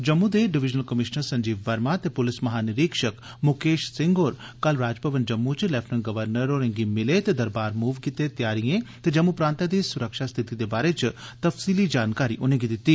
जम्मू दे divisional commissioner Sanjeev Verma ते पुलस महानिरीक्षक मुकेश सिंह होर कल राजभवन जम्मू च लेफिटनेंट गवर्नर होरें गी मिले ते दरबार मूव लेई तैआरिएं ते जम्मू प्रांतै दी सुरक्षा स्थिति दे बारे च तफसीली जानकारी उनेंगी दितती